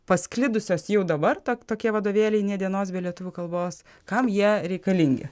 pasklidusios jau dabar tak tokie vadovėliai nė dienos be lietuvių kalbos kam jie reikalingi